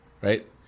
right